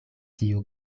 tiu